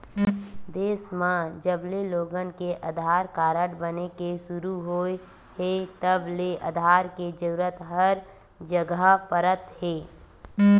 देस म जबले लोगन के आधार कारड बने के सुरू होए हे तब ले आधार के जरूरत हर जघा पड़त हे